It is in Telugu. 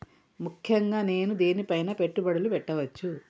ముఖ్యంగా నేను దేని పైనా పెట్టుబడులు పెట్టవచ్చు?